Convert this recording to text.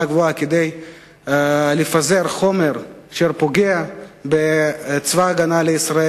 גבוהה כדי לפזר חומר שפוגע בצבא-ההגנה לישראל.